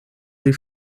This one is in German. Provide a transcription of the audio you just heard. sie